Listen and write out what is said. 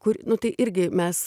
kur nu tai irgi mes